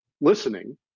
listening